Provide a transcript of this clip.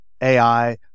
AI